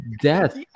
death